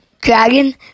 dragon